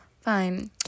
Fine